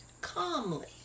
calmly